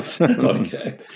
Okay